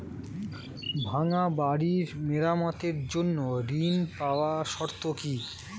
ভাঙ্গা বাড়ি মেরামতের জন্য ঋণ পাওয়ার শর্ত কি?